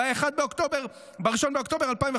ב-1 באוקטובר 2015,